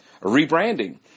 rebranding